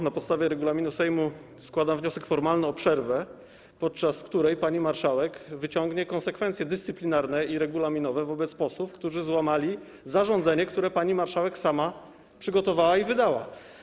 Na podstawie regulaminu Sejmu składam wniosek formalny o przerwę, podczas której pani marszałek wyciągnie konsekwencje dyscyplinarne i regulaminowe wobec posłów, którzy złamali zarządzenie, które pani marszałek sama przygotowała i wydała.